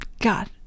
god